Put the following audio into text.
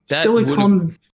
silicon